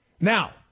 Now